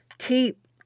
keep